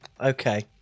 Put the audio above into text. okay